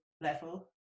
level